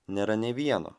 nėra nė vieno